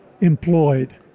employed